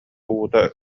уута